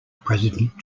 president